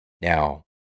Now